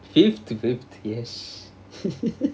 fifth t~ fifth yes